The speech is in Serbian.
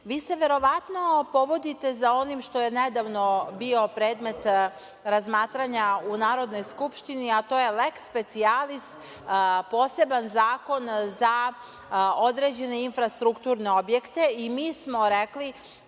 se verovatno povodite za onim što je nedavno bio predmet razmatranja u Narodnoj skupštini, a to je leks specijalis, poseban zakon za određene infrastrukturne objekte i mi smo rekli